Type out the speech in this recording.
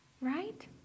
Right